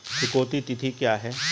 चुकौती तिथि क्या है?